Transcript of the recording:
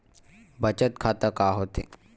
बचत खाता का होथे?